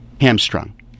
hamstrung